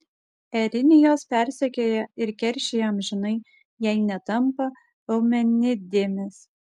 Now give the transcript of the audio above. erinijos persekioja ir keršija amžinai jei netampa eumenidėmis